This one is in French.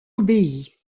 obéit